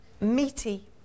meaty